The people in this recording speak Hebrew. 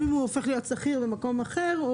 וגם אם הוא הופך להיות שכיר במקום אחר,